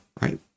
right